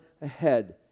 ahead